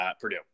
Purdue